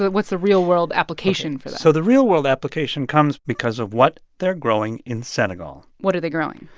but what's the real-world application for that? so the real-world application comes because of what they're growing in senegal what are they growing?